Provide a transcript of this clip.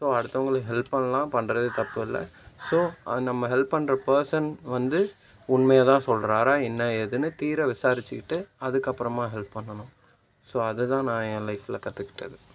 so அடுத்தவர்களுக்கு help பண்ணலாம் பண்ணுறது தப்பு இல்லை ஸோ நம்ம ஹெல்ப் பண்ணுற பர்சன் வந்து உண்மையாக தான் சொல்கிறாரா என்ன ஏதுன்னு தீர விசாரிச்சுக்கிட்டு அதுக்கப்புறமா ஹெல்ப் பண்ணனும் ஸோ அதுதான் நான் என் லைஃப்பில் கற்றுக்கிட்டது